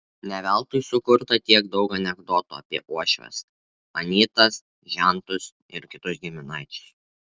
ne veltui sukurta tiek daug anekdotų apie uošves anytas žentus ir kitus giminaičius